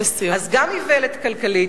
אז גם איוולת כלכלית,